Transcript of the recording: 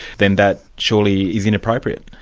then that surely is inappropriate.